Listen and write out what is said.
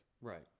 Right